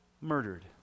murdered